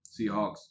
Seahawks